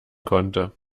konnte